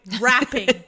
rapping